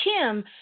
Kim –